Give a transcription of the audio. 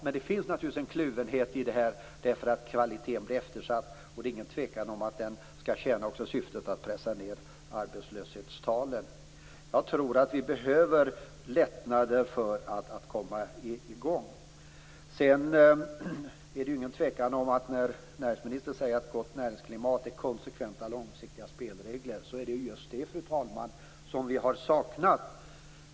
Men det finns naturligtvis en kluvenhet i detta därför att kvaliteten blir eftersatt. Det är inte heller någon tvekan om att utbildningen också skall tjäna syftet att pressa ned arbetslöshetstalen. Jag tror att vi behöver lättnader för att komma i gång. Näringsministern säger att ett gott näringsklimat innebär konsekventa långsiktiga spelregler. Det är ju just det som vi har saknat.